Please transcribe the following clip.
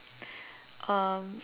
um